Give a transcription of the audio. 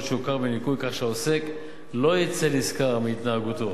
שהוכר בניכוי כך שהעוסק לא יצא נשכר מהתנהגותו.